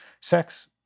sex